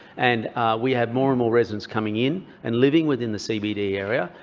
and we have more and more residents coming in and living within the cbd area.